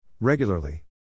Regularly